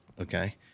okay